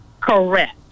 Correct